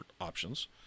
options